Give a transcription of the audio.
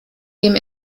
dem